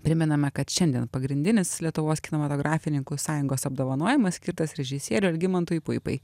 primename kad šiandien pagrindinis lietuvos kinematografininkų sąjungos apdovanojimas skirtas režisieriui algimantui puipai